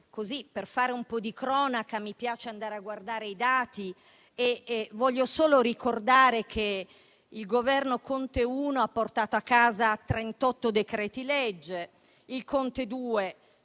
per fare un po' di cronaca, mi piace andare a guardare i dati e voglio solo ricordare che il Governo Conte I ha portato a casa 38 decreti-legge, il Conte II